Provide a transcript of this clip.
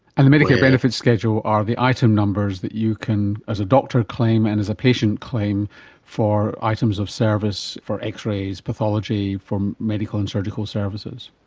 and the medicare benefit schedule are the item numbers that you can as a doctor claim and as a patient claim for items of service, for x-rays, pathology, for medical and surgical services.